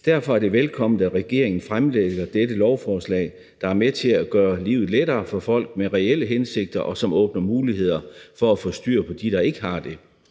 Derfor er det velkomment, at regeringen fremlægger dette lovforslag, der er med til at gøre livet lettere for folk med reelle hensigter, og som åbner muligheder for at få styr på dem, der ikke har det.